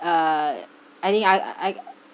uh I think I I